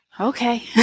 Okay